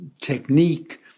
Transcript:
technique